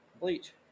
Bleach